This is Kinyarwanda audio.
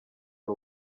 ari